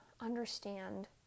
understand